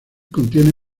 contiene